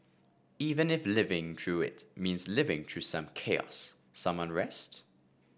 even if living through it means living through some chaos some unrest